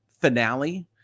finale